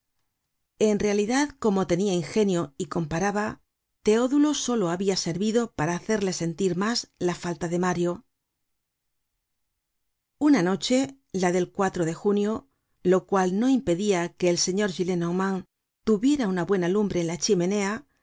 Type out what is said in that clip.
en realidad como tenia ingenio y comparaba teodulo solo habia servido para hacerle sentir mas la falta de mario una noche la del de junio lo cual no impedia que el señor gillenormand tuviera una buena lumbre en la chimenea